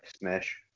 smash